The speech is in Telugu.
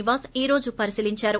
నివాస్ ఈ రోజు పరిశీలించారు